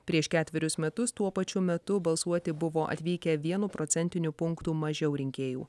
prieš ketverius metus tuo pačiu metu balsuoti buvo atvykę vienu procentiniu punktu mažiau rinkėjų